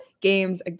games